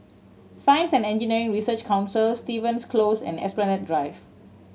Science and Engineering Research Council Stevens Close and Esplanade Drive